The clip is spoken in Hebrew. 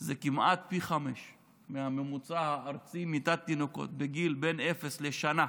הם כמעט פי חמישה מהממוצע הארצי במיתת תינוקות מגיל אפס עד גיל שנה.